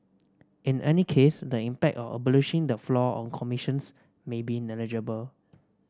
in any case the impact of abolishing the floor on commissions may be negligible